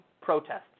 protests